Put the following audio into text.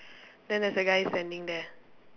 then there's a guy standing there